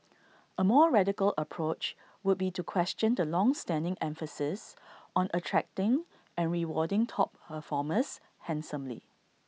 A more radical approach would be to question the longstanding emphasis on attracting and rewarding top performers handsomely